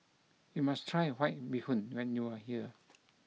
you must try White Bee Hoon when you are here